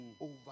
over